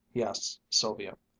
he asked sylvia.